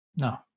No